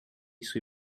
sui